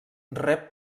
rep